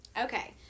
okay